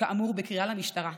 כאמור בקריאה למשטרה,